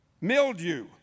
mildew